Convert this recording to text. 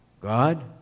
God